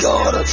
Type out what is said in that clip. God